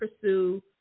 pursue